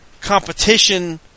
competition